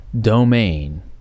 domain